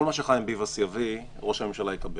כל מה שחיים ביבס יביא, ראש הממשלה יקבל.